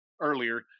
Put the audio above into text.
earlier